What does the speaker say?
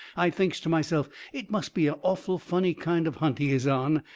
i thinks to myself it must be a awful funny kind of hunt he is on,